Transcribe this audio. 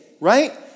right